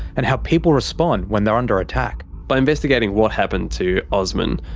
and how people respond when they're under attack. by investigating what happened to osman.